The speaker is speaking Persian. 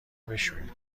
بشویید